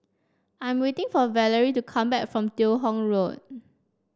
I'm waiting for Valerie to come back from Teo Hong Road